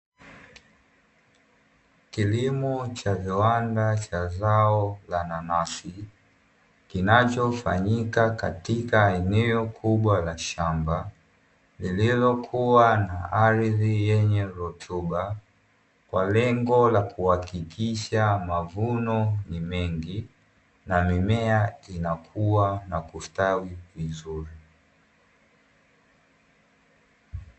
Kilimo cha viwanda cha zao la nanasi kinachofanyika katika eneo kubwa la shamba, lililokua na ardhi yenye rutuba kwa lengo la kuhakikisha mavuno ni mengi na mimea inakua na kustawi vizuri.